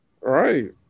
Right